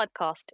podcast